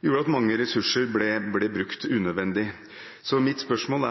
gjorde at mange ressurser ble brukt unødvendig. Så mitt spørsmål